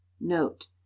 Note